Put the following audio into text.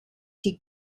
die